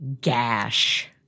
Gash